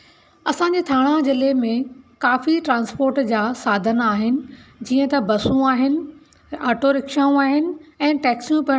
असांजे थाणा ज़िले में काफ़ी ट्रांस्पोट जा साधन आहिनि जीअं त बसूं आहिनि आटो रिक्शाऊं आहिनि टैक्सियूं पिणु आहिनि